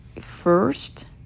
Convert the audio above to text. first